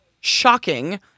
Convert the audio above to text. shocking